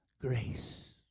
grace